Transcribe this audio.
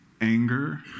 Anger